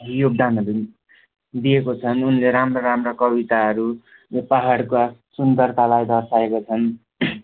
योगदानहरू दिएको छन् उनले राम्रा राम्रा कविताहरू यो पाहाडका सुन्दरतालाई दर्साएका छन्